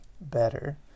better